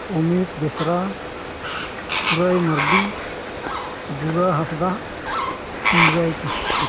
ᱚᱢᱤᱛ ᱵᱮᱥᱨᱟ ᱥᱩᱨᱟᱹᱭ ᱢᱟᱱᱰᱤ ᱜᱩᱨᱟ ᱦᱟᱸᱥᱫᱟ ᱥᱤᱝᱨᱟᱹᱭ ᱠᱤᱥᱠᱩ